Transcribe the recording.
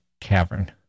cavern